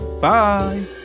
Bye